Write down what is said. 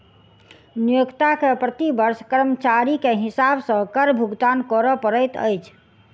नियोक्ता के प्रति वर्ष कर्मचारी के हिसाब सॅ कर भुगतान कर पड़ैत अछि